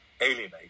alienate